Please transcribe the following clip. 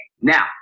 Now